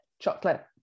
Chocolate